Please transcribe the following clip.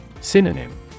Synonym